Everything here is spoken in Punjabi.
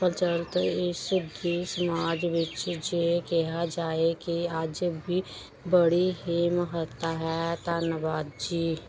ਪ੍ਰਚਲਿਤ ਇਸ ਦੀ ਸਮਾਜ ਵਿੱਚ ਜੇ ਕਿਹਾ ਜਾਏ ਕਿ ਅੱਜ ਵੀ ਬੜੀ ਹੀ ਮਹੱਤਤਾ ਹੈ ਧੰਨਵਾਦ ਜੀ